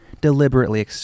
deliberately